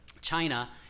China